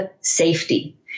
safety